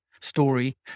story